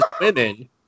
women